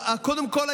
קודם כול,